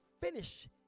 finish